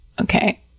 okay